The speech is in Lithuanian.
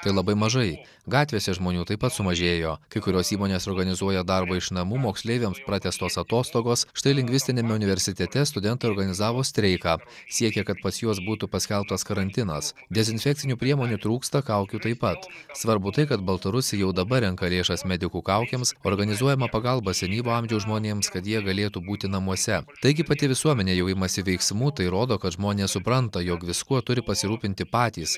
tai labai mažai gatvėse žmonių taip pat sumažėjo kai kurios įmonės organizuoja darbą iš namų moksleiviams pratęstos atostogos štai lingvistiniame universitete studentai organizavo streiką siekia kad pas juos būtų paskelbtas karantinas dezinfekcinių priemonių trūksta kaukių taip pat svarbu tai kad baltarusiai jau dabar renka lėšas medikų kaukėms organizuojama pagalba senyvo amžiaus žmonėms kad jie galėtų būti namuose taigi pati visuomenė jau imasi veiksmų tai rodo kad žmonės supranta jog viskuo turi pasirūpinti patys